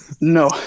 No